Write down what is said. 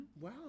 Wow